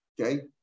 okay